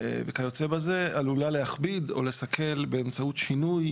וכיוצא בזה, עלולה להכביד או לסכל באמצעות שינוי